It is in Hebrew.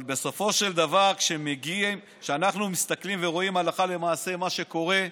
אבל בסופו של דבר כשאנחנו מסתכלים ורואים הלכה למעשה מה שקורה,